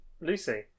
Lucy